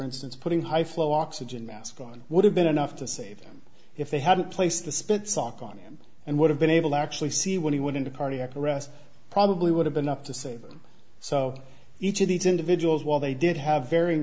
instance putting high flow oxygen masks on would have been enough to save them if they had placed the spit salk on them and would have been able to actually see what he went into cardiac arrest probably would have been up to save them so each of these individuals while they did have varying